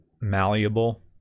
malleable